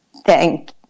Thank